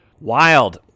Wild